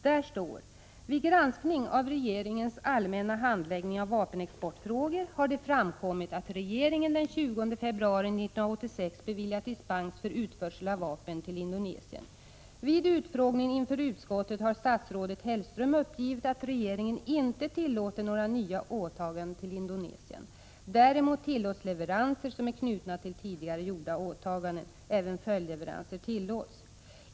Där står: ”Vid granskning av regeringens allmänna handläggning av vapenexportfrågor har det framkommit att regeringen den 20 februari 1986 beviljat dispens för utförsel av vapen till Indonesien. Vid utfrågningen inför utskottet har statsrådet Hellström uppgivit att regeringen inte tillåter några nya åtaganden till Indonesien. Däremot tillåts leveranser som är knutna till tidigare gjorda åtaganden. Även följdleveranser tillåts.